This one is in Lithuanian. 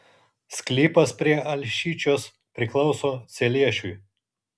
sklypas prie alšyčios priklauso celiešiui